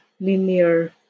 linear